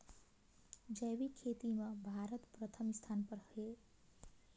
जैविक खेती म भारत प्रथम स्थान पर हे